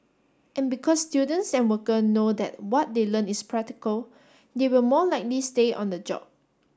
and because students and worker know that what they learn is practical they will more likely stay on the job